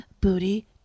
Booty